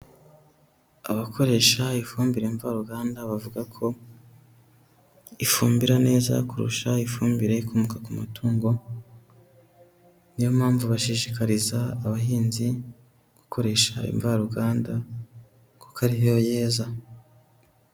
Abakoresha ifumbire mvaruganda, bavuga ko ifumbira neza kurusha ifumbire ikomoka ku matungo, niyo mpamvu bashishikariza abahinzi, gukoresha imvaruganda kuko ariyo yeza.